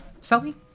Sully